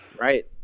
Right